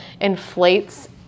inflates